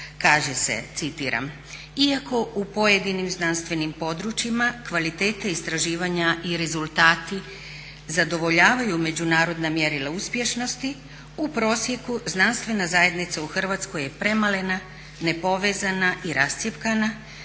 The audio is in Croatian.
"Iako u pojedinim znanstvenim područjima kvalitete istraživanja i rezultati zadovoljavaju međunarodna mjerila uspješnosti u prosjeku znanstvena zajednica u Hrvatskoj je premalena, nepovezana i rascjepkana,